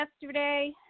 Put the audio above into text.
yesterday